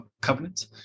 Covenant